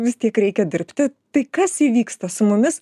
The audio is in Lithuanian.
vis tiek reikia dirbti tai kas įvyksta su mumis